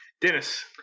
Dennis